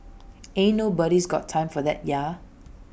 ain't nobody's got time for that ya